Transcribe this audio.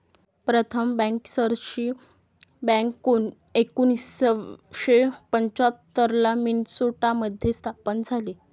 प्रथम बँकर्सची बँक एकोणीसशे पंच्याहत्तर ला मिन्सोटा मध्ये स्थापन झाली